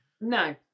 No